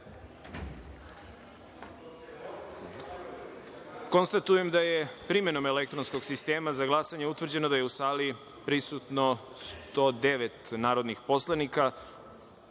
glasanje. Konstatujem da je primenom elektronskog sistema za glasanje utvrđeno da je u sali prisutno 109 narodnih poslanika